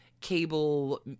cable